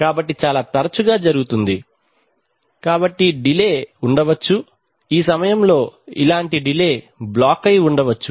కాబట్టి చాలా తరచుగా జరుగుతుంది కాబట్టి డిలే ఉండవచ్చు ఈ సమయంలో ఇలాంటి డిలే బ్లాక్ అయి ఉండవచ్చు